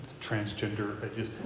transgender